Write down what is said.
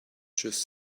just